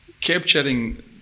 capturing